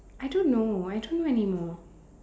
I don't know I don't know anymore